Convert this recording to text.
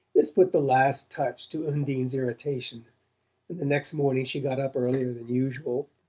this put the last touch to undine's irritation, and the next morning she got up earlier than usual,